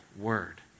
word